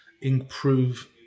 improve